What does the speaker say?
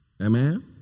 Amen